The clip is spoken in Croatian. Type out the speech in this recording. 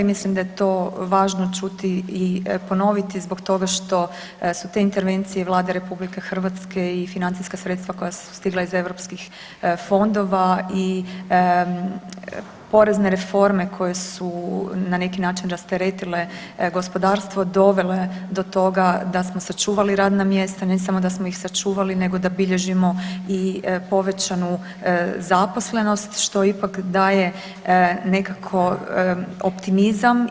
Mislim da je to važno čuti i ponoviti zbog toga što su te intervencije i Vlade RH i financijska sredstva koja su stigla iz europskih fondova i porezne reforme koje su na neki način rasteretile gospodarstvo dovele do toga da smo sačuvali radna mjesta, ne samo da smo ih sačuvali nego da bilježimo i povećanu zaposlenost što ipak daje nekako optimizam.